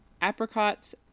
apricots